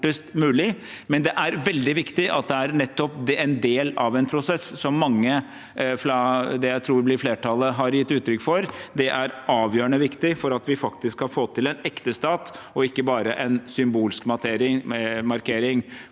men det er veldig viktig at det er nettopp en del av en prosess som mange fra det jeg tror blir flertallet, har gitt uttrykk for. Det er avgjørende viktig for at vi faktisk skal få til en ekte stat og ikke bare en symbolsk markering.